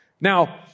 Now